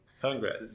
Congrats